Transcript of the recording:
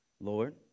Lord